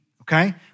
okay